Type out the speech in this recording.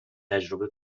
تجربه